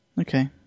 Okay